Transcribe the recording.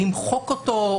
למחוק אותו,